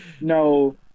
No